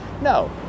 No